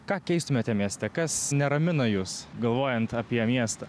ką keistumėte mieste kas neramina jus galvojant apie miestą